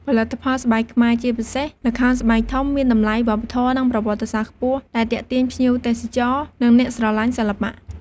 ផលិតផលស្បែកខ្មែរ ជាពិសេសល្ខោនស្បែកធំ មានតម្លៃវប្បធម៌ និងប្រវត្តិសាស្ត្រខ្ពស់ ដែលទាក់ទាញភ្ញៀវទេសចរ និងអ្នកស្រឡាញ់សិល្បៈ។